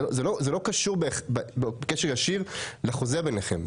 זה לא קשור קשר ישיר לחוזה ביניכם.